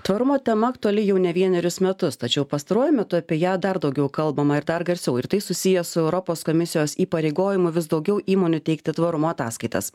tvarumo tema aktuali jau ne vienerius metus tačiau pastaruoju metu apie ją dar daugiau kalbama ir dar garsiau ir tai susiję su europos komisijos įpareigojimu vis daugiau įmonių teikti tvarumo ataskaitas